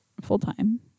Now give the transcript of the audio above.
full-time